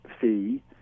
fee